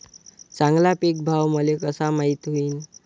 चांगला पीक भाव मले कसा माइत होईन?